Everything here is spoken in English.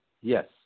Yes